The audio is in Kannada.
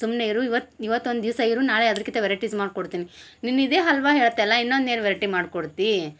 ಸುಮ್ಮನೆ ಇರು ಇವತ್ತು ಇವತ್ತು ಒಂದಿವಸ ಇರು ನಾಳೆ ಅದ್ರಕಿತ ವೆರೆಟೀಸ್ ಮಾಡ್ಕೊಡ್ತೀನಿ ನೀನು ಇದೆ ಹಲ್ವಾ ಹೇಳ್ತ್ಯಲ ಇನ್ನೊಂದು ಏನು ವೆರೇಟಿ ಮಾಡ್ಕೊಡ್ತಿ